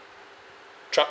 truck